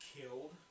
killed